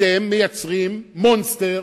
אתם מייצרים מונסטר